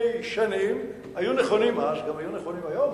שנים היו נכונים אז והם נכונים גם היום.